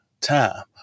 Time